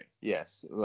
yes